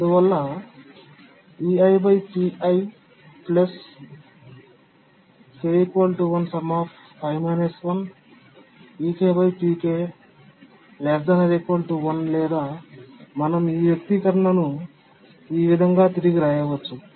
అందువలన లేదా మనం ఈ వ్యక్తీకరణను ఈ విధంగా తిరిగి వ్రాయవచ్చు